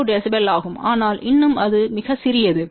2 dB ஆகும் ஆனால் இன்னும் அது மிகச் சிறியது